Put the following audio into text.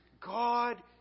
God